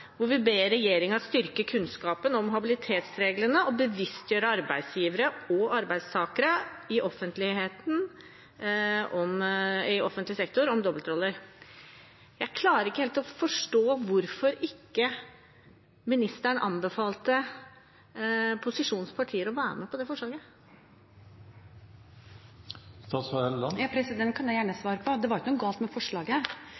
hvor vi ber regjeringen styrke kunnskapen om habilitetsreglene og bevisstgjøre arbeidsgivere og arbeidstakere i offentlig sektor om dobbeltroller. Jeg klarer ikke helt å forstå hvorfor ikke statsråden anbefalte posisjonens partier å være med på det forslaget. Det kan jeg gjerne